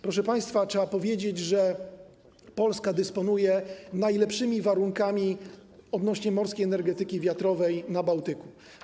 Proszę państwa, trzeba powiedzieć, że Polska dysponuje najlepszymi warunkami, jeśli chodzi o morską energetykę wiatrową na Bałtyku.